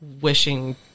wishing